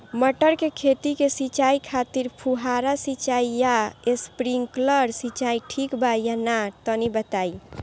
मटर के खेती के सिचाई खातिर फुहारा सिंचाई या स्प्रिंकलर सिंचाई ठीक बा या ना तनि बताई?